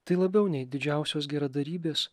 tai labiau nei didžiausios geradarybės